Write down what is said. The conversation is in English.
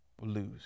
lose